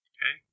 Okay